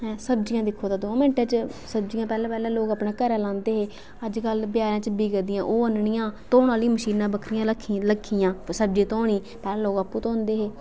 सब्जियां दिक्खो तां द'ऊं मिन्टें च सब्जियां पैहलें पैहलें लोक अपने घर लांदे हे अजकल बजार च बिकदियां ओह् आह्ननियां धोने आहलियां मशीनां बक्खरी रक्खीं दियां सब्जी धोनी पैहले लोक आपू धोंदे हे